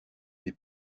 des